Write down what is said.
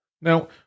Now